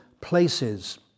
places